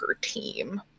team